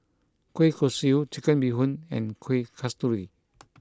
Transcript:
Kueh Kosui Chicken Bee Hoon and Kuih Kasturi